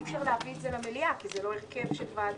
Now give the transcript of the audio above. אי אפשר להביא את זה למליאה כי זה לא הרכב של ועדה.